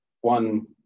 one